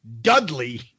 Dudley